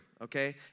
okay